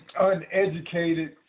uneducated